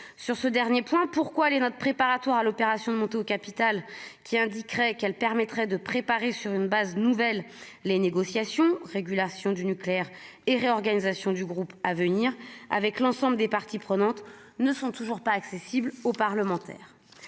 sur ce dernier point, pourquoi les notes préparatoires à l'opération montée au capital qui indiquerait qu'elle permettrait de préparer sur une base nouvelle, les négociations régulation du nucléaire et réorganisation du groupe à venir avec l'ensemble des parties prenantes ne sont toujours pas accessibles aux parlementaires